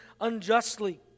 unjustly